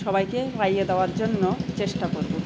সবাইকে পাইয়ে দেওয়ার জন্য চেষ্টা করবো